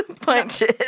punches